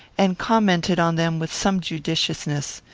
and commented on them with some judiciousness.